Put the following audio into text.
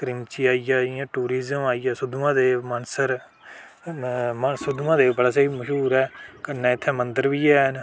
क्रिमची आई गेआ जि'यां टूरीजम आई गेआ सुद्धमहादेव मानसर में सुद्धमहादेव बड़ा स्हेई मश्हूर ऐ कन्नै इत्थै मंदर बी है'न